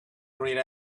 grayed